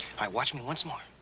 right, watch me once more.